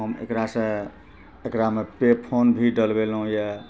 हम एकरासँ एकरामे पे फोन भी डलबेलहुँ यऽ